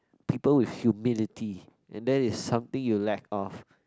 people with humility and that is something you lack of